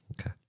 Okay